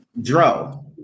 Dro